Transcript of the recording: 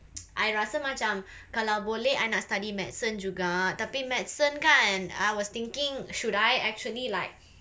I rasa macam kalau boleh I nak study medicine juga tapi medicine kan I was thinking should I actually like